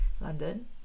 London